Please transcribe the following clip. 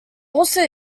also